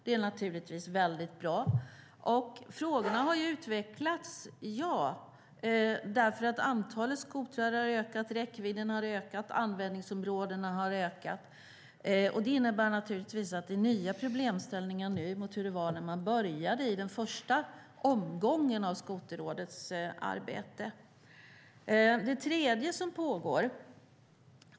Det är naturligtvis väldigt bra. Frågorna har utvecklats, för antalet skotrar har ökat, räckvidden har ökat och användningsområdena har ökat. Det innebär naturligtvis att det är nya problemställningar nu i förhållande till hur det var när man började i den första omgången av skoterrådets arbete.